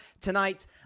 tonight